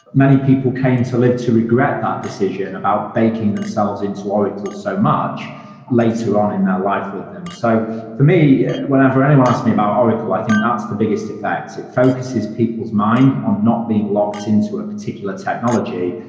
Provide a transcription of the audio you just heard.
many people came to live to regret that decision about baking themselves into oracle so much later on in their life with them. so for me, whenever anyone asked me about oracle, i think that's the biggest effect. it focuses people's mind on not being locked in to a particular technology,